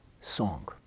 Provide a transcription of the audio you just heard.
song